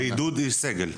בעידוד איש סגל.